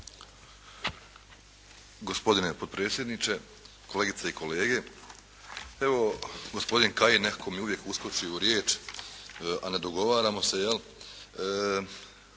Gospodine potpredsjedniče, kolegice i kolege. Evo, gospodin Kajin nekako mi uvijek uskoči u riječ, a ne dogovaramo se jel,